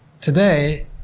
today